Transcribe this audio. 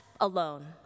alone